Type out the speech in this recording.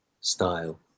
style